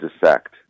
dissect